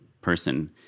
person